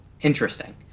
interesting